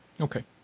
Okay